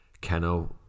Keno